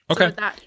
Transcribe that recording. okay